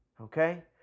okay